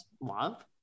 love